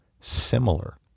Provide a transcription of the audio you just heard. similar